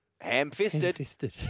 Ham-fisted